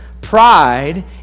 Pride